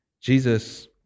Jesus